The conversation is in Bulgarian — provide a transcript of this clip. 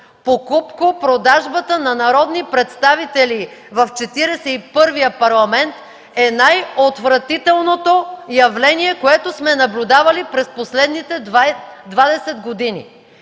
Покупко-продажбата на народни представители в Четиридесет и първия парламент е най-отвратителното явление, което сме наблюдавали през последните 20 години”.